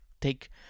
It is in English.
take